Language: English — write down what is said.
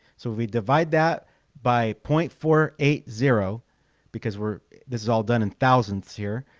so if we divide that by point four eight zero because we're this is all done in thousandths here.